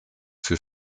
für